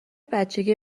بچگی